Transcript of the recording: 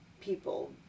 people